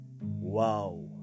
Wow